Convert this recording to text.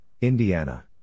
Indiana